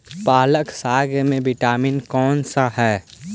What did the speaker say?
पालक साग में विटामिन कौन सा है?